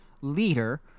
leader